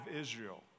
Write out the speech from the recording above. Israel